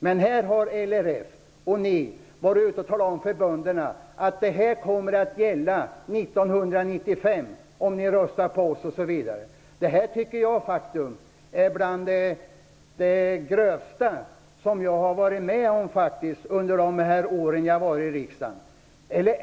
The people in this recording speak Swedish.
Men här har LRF och ni borgerliga varit ute och talat om för bönderna att detta kommer att gälla år 1995 om ni röstar på oss. Jag tycker att detta är bland det grövsta som jag har varit med om under de år som jag har varit i riksdagen.